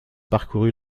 parcourut